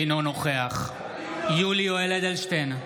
אינו נוכח יולי יואל אדלשטיין,